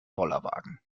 bollerwagen